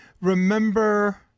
remember